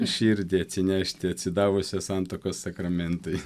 širdį atsinešti atsidavusią santuokos sakramentui